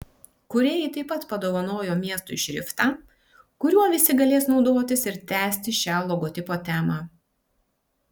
kūrėjai taip pat padovanojo miestui šriftą kuriuo visi galės naudotis ir tęsti šią logotipo temą